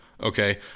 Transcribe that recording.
okay